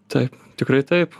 tai tikrai taip